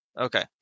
Okay